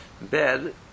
bed